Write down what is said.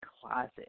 closet